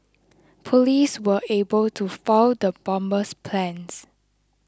police were able to foil the bomber's plans